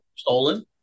stolen